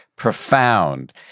profound